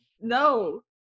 no